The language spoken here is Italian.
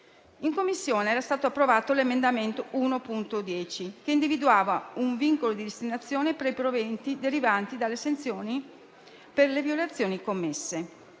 In Commissione era stato approvato l'emendamento 1.10, che individuava un vincolo di destinazione per i proventi derivanti dalle sanzioni per le violazioni commesse.